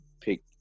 pick